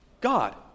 God